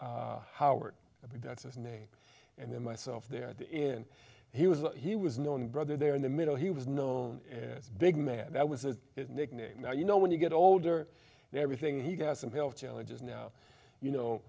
t howard i think that's a name and then myself there at the end he was a he was known brother there in the middle he was known as big man that was a nickname now you know when you get older and everything he got some health challenges now you know